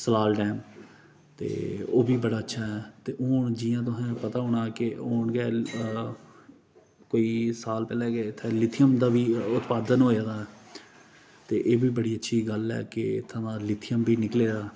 Salal dam ते ओह् बी बड़ा अच्छा ऐ ते हून जियां तुसें पता होना के हून गै कोई साल पैह्लें गै इत्थे लिथियम दा बी उत्पादन होएआ ते एह् बी बड़ी अच्छी गल्ल ऐ के इत्थूं दा लिथियम बी निकलेआ